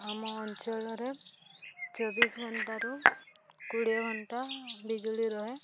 ଆମ ଅଞ୍ଚଳରେ ଚବିଶି ଘଣ୍ଟାରୁ କୋଡ଼ିଏ ଘଣ୍ଟା ବିଜୁଳି ରହେ